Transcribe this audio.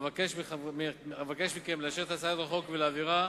אבקש מכם לאשר את הצעת החוק ולהעבירה